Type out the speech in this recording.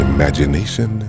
Imagination